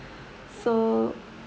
so